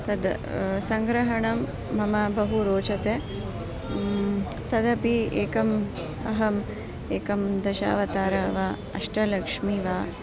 तद् सङ्ग्रहणं मह्यं बहु रोचते तदपि एकम् अहम् एकं दशावतारः वा अष्टलक्ष्मी वा